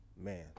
Man